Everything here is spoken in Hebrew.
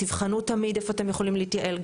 תבחנו תמיד איפה אתם יכולים להתייעל.